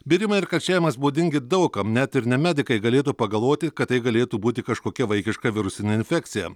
bėrimai ir karščiavimas būdingi daug kam net ir ne medikai galėtų pagalvoti kad tai galėtų būti kažkokia vaikiška virusinė infekcija